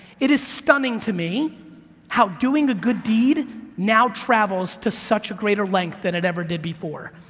it is stunning to me how doing a good deed now travels to such greater length than it ever did before.